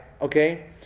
okay